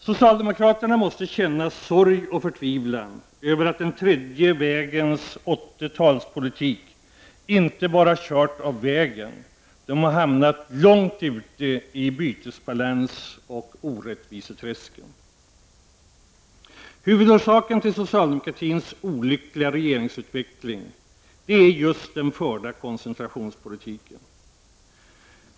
Socialdemokraterna måste känna sorg och förtvivlan över att den tredje vägens 80-talspolitik inte bara kört av vägen, den har hamnat långt ute i både bytesbalansoch orättviseträsken. Huvudorsaken till socialdemokratins olyckliga regeringsutveckling är just den förda koncentrationspolitiken.